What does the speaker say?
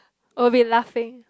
will be laughing